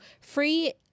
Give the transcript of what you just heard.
free